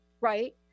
right